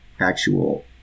actual